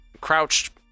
crouched